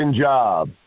job